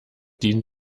dient